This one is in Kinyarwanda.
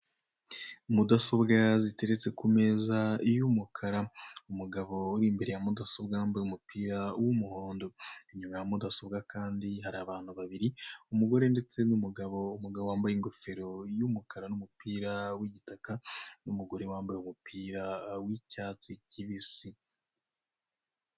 Mudasobwa ziteretse ku meza y'umukara. Umugabo uri imbere ya mudasobwa wambaye umupira w'umuhondo. Inyuma ya mudasobwa kandi hari abantu babiri, umugore ndetse n'umugabo. Umugabo wambaye ingofero y'umukara n'umupira w'igitaka n'umugore wambaye umupira w'icyatsi kibisi.